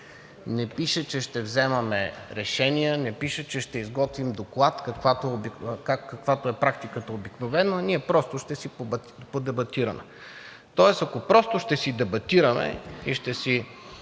Не пише, че ще вземаме решения, не пише, че ще изготвим доклад, каквато е практиката обикновено, ние просто ще си подебатираме. Ако просто ще си дебатираме и ще